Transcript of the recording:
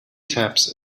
taps